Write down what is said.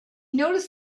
noticed